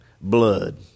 blood